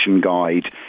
guide